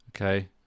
Okay